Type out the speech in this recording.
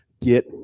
get